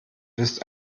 bist